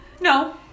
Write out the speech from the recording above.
No